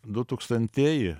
du tūkstantieji